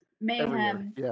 mayhem